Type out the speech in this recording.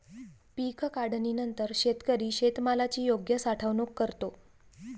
पीक काढणीनंतर शेतकरी शेतमालाची योग्य साठवणूक करतो